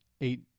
eight